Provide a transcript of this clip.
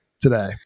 today